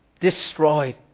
destroyed